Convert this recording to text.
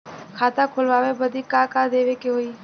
खाता खोलावे बदी का का देवे के होइ?